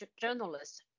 journalists